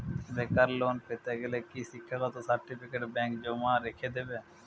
বেকার লোন পেতে গেলে কি শিক্ষাগত সার্টিফিকেট ব্যাঙ্ক জমা রেখে দেবে?